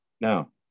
Now